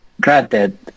granted